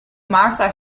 martha